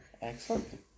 Excellent